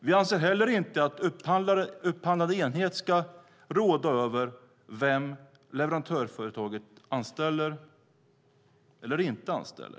Vi anser heller inte att upphandlande enhet ska råda över vem leverantörsföretaget anställer eller inte anställer.